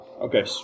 Okay